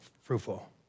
fruitful